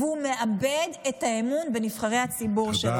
והוא מאבד את האמון בנבחרי הציבור שלו.